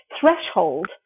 threshold